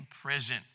prison